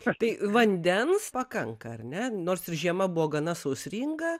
tai vandens pakanka ar ne nors ir žiema buvo gana sausringa